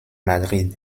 madrid